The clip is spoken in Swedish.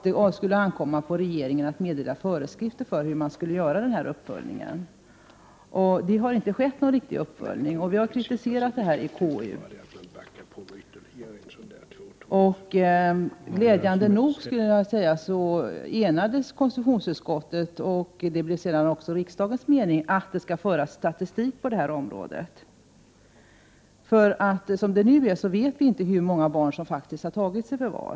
Det skulle ankomma på regeringen att meddela föreskrifter för hur man skulle göra denna uppföljning. Det har inte skett någon riktig uppföljning, och vi har kritiserat detta i KU. Glädjande nog enades konstitutionsutskottet om att det skall föras statistik på detta område, och det blev sedan också riksdagens mening. Som det nu är vet vi inte hur många barn som faktiskt har tagits i förvar.